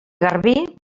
garbí